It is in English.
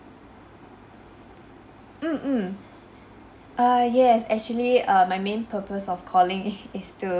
mmhmm err yes actually err my main purpose of calling is to